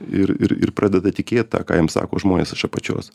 ir ir ir pradeda tikėt tą ką jam sako žmonės iš apačios